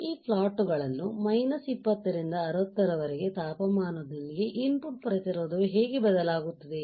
ಈ ಪ್ಲಾಟ್ ಗಳನ್ನು ಮೈನಸ್ 20 ರಿಂದ 60 ರವರೆಗೆ ತಾಪಮಾನದೊಂದಿಗೆ ಇನ್ ಪುಟ್ ಪ್ರತಿರೋಧವು ಹೇಗೆ ಬದಲಾಗುತ್ತದೆ